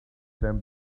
them